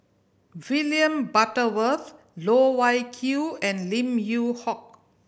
William Butterworth Loh Wai Kiew and Lim Yew Hock